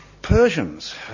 Persians